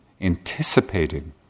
anticipating